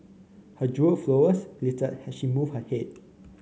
her jewelled flowers glittered as she moved her head